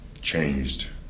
changed